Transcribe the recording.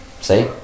See